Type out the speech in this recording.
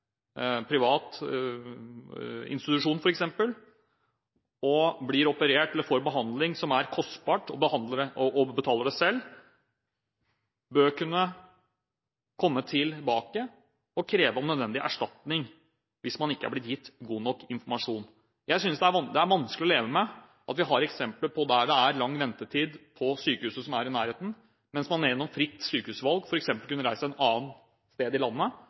privat institusjon, f.eks., og blir operert eller får behandling som er kostbar, og betaler det selv, bør kunne komme tilbake og om nødvendig kreve erstatning. Det er vanskelig å leve med at vi har eksempler der det er lang ventetid på sykehuset som er i nærheten, og at pasienter har valgt private i nærområdet og måttet betale dette selv, som følge av for svak informasjon, mens man gjennom fritt sykehusvalg f.eks. kunne reist til et annet sted i landet